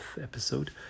episode